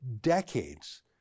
decades